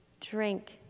drink